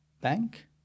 bank